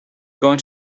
going